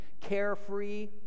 carefree